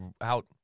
out